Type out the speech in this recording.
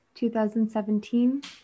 2017